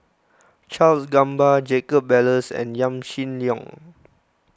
Charles Gamba Jacob Ballas and Yaw Shin Leong